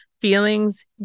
feelings